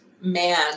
man